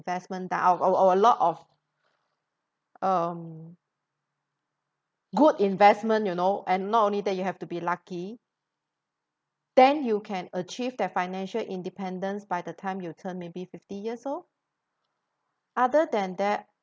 investment DOWN or a a a lot of um good investment you know and not only that you have to be lucky then you can achieve the financial independence by the time you turn maybe fifty years old